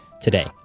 today